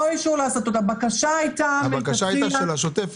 לא אישור להסטות.